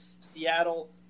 Seattle